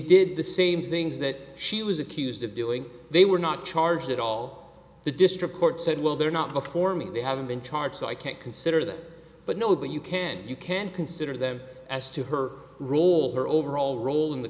did the same things that she was accused of doing they were not charged at all the district court said well they're not before me they haven't been charged so i can't consider that but no but you can you can consider them as to her role her overall role in the